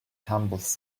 tumbles